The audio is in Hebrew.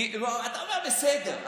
אתה אומר בסדר.